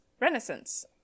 renaissance